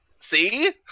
See